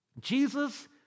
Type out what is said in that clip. Jesus